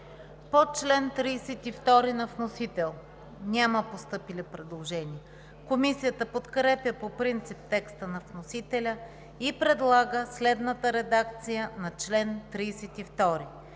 По чл. 37 на вносител няма постъпили предложения. Комисията подкрепя по принцип текста на вносителя и предлага следната редакция на чл. 37: